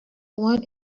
one